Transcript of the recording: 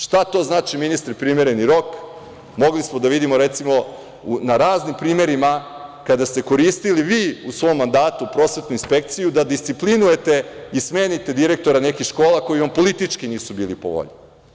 Šta to znači, ministre, primereni rok, mogli smo da vidimo, recimo, na raznim primerima, kada ste koristili vi u svom mandatu prosvetnu inspekciju da disciplinujete i smenite direktore nekih škola koji vam politički nisu bili po volji.